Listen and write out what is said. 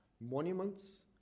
monuments